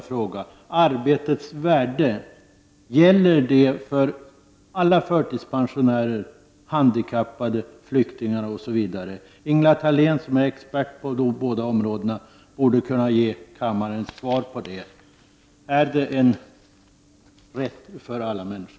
Gäller arbetets värde för alla förtidspensionärer, handikappade, flyktingar osv.? Ingela Thalén som är expert på båda områdena borde kunna ge kammaren svar på det. Är det en rättighet för alla människor?